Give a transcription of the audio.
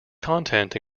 content